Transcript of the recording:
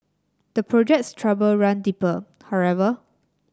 the project's trouble run deeper however